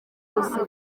gusa